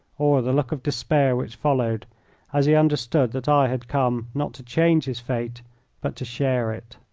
or the look of despair which followed as he understood that i had come not to change his fate but to share it.